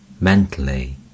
mentally